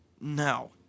No